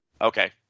Okay